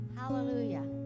hallelujah